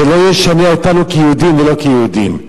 זה לא ישנה אותנו כיהודים ולא יהודים.